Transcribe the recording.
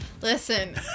Listen